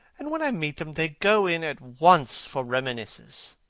and when i meet them, they go in at once for reminiscences.